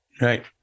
Right